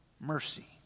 mercy